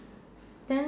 then